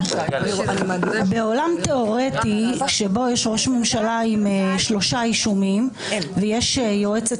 בעולם תיאורטי שבו יש ראש ממשלה עם שלושה אישומים ויש יועצת